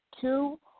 two